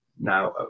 now